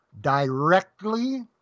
directly